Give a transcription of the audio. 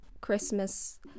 christmas